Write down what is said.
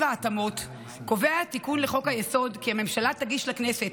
ההתאמות קובע התיקון לחוק-היסוד כי הממשלה תגיש לכנסת,